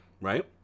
Right